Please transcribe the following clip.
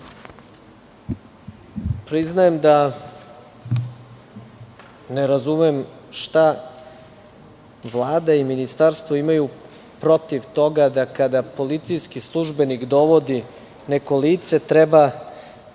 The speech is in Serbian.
Priznajem da ne razumem šta Vlada i Ministarstvo imaju protiv toga da, kada policijski službenik dovodi neko lice, treba